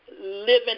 Living